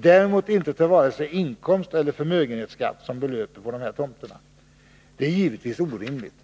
— däremot inte till den inkomsteller förmögenhetsskatt som belöper sig på dessa tomter. Detta är givetvis orimligt.